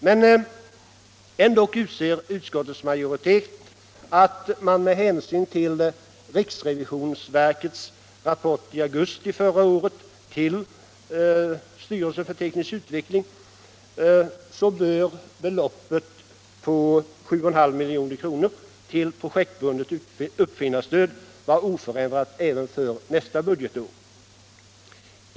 Men utskottets majoritet anser dock att med hänsyn till riksrevisions verkets rapport i augusti förra året till STU, så bör beloppet 7,5 miljoner till projektbundet uppfinnarstöd vara oförändrat även för nästa budgetår.